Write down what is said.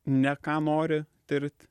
ne ką nori tirt